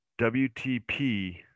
WTP